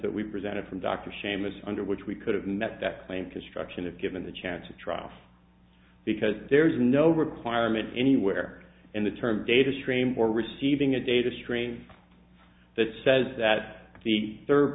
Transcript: that we presented from dr seamus under which we could have met that claim construction if given the chance of trial because there's no requirement anywhere in the term data stream for receiving a data stream that says that the third